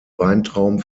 weintrauben